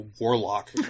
warlock